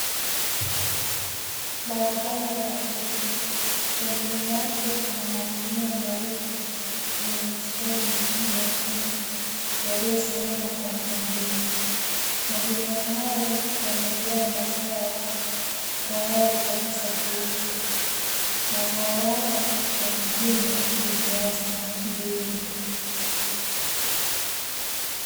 Barabara ya vumbi pembeni yake kuna magunia meupe yenye mistari mekundu yaliyosimama kwa mpangilio, magunia hayo yamejaa mazao tayari kwa kusafirishwa, mazao hayo kwa ujumla ni viazi mvilingo.